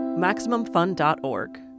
MaximumFun.org